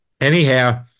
Anyhow